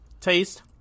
taste